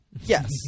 Yes